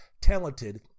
talented